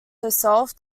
herself